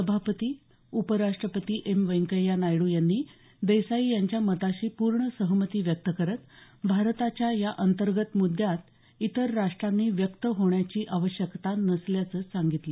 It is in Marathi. सभापती तसंच उपराष्ट्रपती व्यंकय्या नायडू यांनी देसाई यांच्या मताशी पूर्ण सहमती व्यक्त करत भारताच्या या अंतर्गत मुद्यात इतर राष्ट्रांनी व्यक्त होण्याची आवश्यकता नसल्याचं सांगितलं